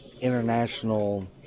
international